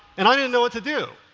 and i didn't know what to do.